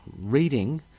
reading